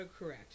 autocorrect